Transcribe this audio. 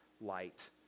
light